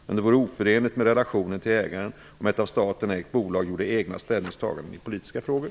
Men det vore oförenligt med relationen till ägarna om ett av staten ägt bolag gjorde egna ställningstaganden i politiska frågor.